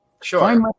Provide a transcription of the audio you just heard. sure